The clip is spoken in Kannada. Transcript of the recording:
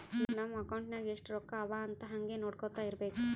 ನಮ್ ಅಕೌಂಟ್ ನಾಗ್ ಎಸ್ಟ್ ರೊಕ್ಕಾ ಅವಾ ಅಂತ್ ಹಂಗೆ ನೊಡ್ಕೊತಾ ಇರ್ಬೇಕ